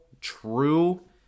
true